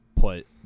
Put